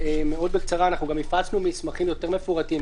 הפצנו מסמכים יותר מפורטים,